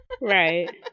Right